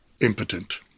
impotent